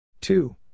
Two